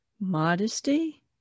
modesty